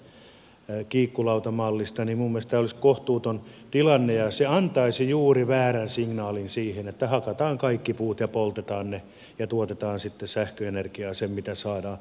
minun mielestäni tämä olisi kohtuuton tilanne ja antaisi juuri väärän signaalin siitä että hakataan kaikki puut ja poltetaan ne ja tuotetaan sitten sähköenergiaa sen mitä saadaan